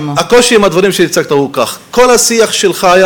הקושי עם הדברים שהצגת הוא זה: כל השיח שלך היה